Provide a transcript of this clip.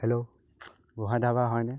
hello Gohain dhaba হয়নে